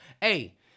Hey